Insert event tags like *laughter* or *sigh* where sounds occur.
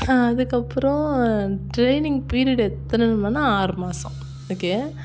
அதுக்கப்புறம் training period எத்தனை *unintelligible* ஆறு மாதம் *unintelligible*